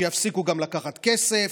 שיפסיקו גם לקחת כסף,